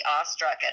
awestruck